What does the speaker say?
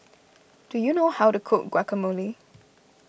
do you know how to cook Guacamole